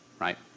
right